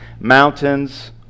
mountains